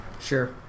Sure